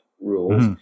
rules